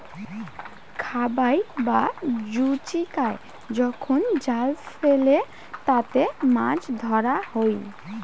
খাবাই বা জুচিকায় যখন জাল ফেলে তাতে মাছ ধরাঙ হই